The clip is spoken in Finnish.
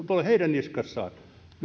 heidän niskassaan